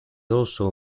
also